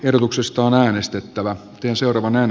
ehdotuksesta äänestettävä tien sorvanneen